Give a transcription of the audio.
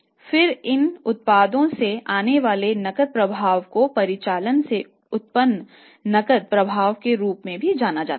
फिर इन व्युत्पन्न उत्पादों से आने वाले नकद प्रवाह को परिचालन से उत्पन्न नकद प्रवाह के रूप में भी जाना जाता है